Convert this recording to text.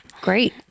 Great